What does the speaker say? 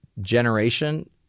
generation